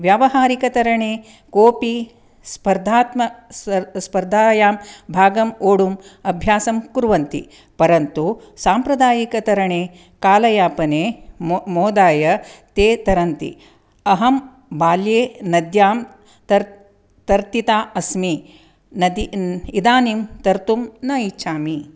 व्यावहारिकतरणे कोपि स्पर्धात्म स्पर्धायां भागं वोढुं अभ्यासं कुर्वन्ति परन्तु साम्प्रदायिकतरणे कालयापने मोदाय ते तरन्ति अहं बाल्ये नद्यां तर् तर्तिता अस्मि नदी इदानीं तर्तुं न इच्छामि